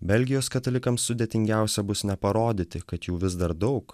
belgijos katalikams sudėtingiausia bus neparodyti kad jų vis dar daug